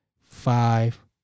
five